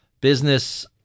business